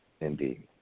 Indeed